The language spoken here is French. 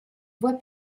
voie